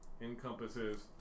encompasses